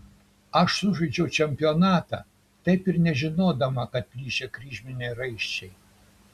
aš sužaidžiau čempionatą taip ir nežinodama kad plyšę kryžminiai raiščiai